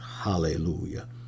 Hallelujah